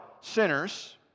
sinners